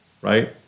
right